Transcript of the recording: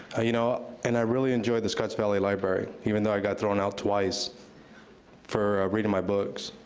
you know, and i really enjoy the scutz valley library, even though i got thrown out twice for reading my books,